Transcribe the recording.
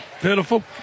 Pitiful